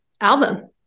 album